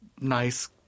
nice